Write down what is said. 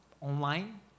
online